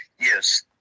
Yes